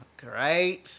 great